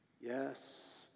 Yes